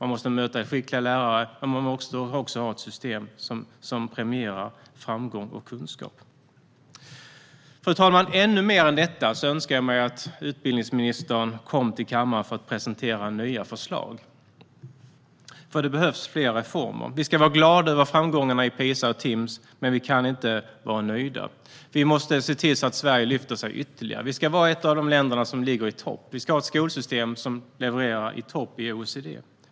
De måste möta skickliga lärare, men man måste också ha ett system som premierar framgång och kunskap. Fru talman! Ännu mer än detta skulle jag önska mig att utbildningsministern kom till kammaren för att presentera nya förslag, för det behövs fler reformer. Vi ska vara glada över framgångarna i PISA och Timss, men vi kan inte vara nöjda. Vi måste se till att Sverige lyfter sig ytterligare. Vi ska vara ett av de länder som ligger i topp. Vi ska ha ett skolsystem som levererar i topp i OECD.